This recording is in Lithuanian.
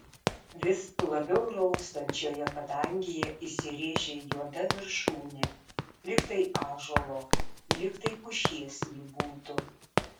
vis labiau raustančioje padangėje įsirėžė juoda viršūnė lyg tai ąžuolo lyg tai pušies ji būtų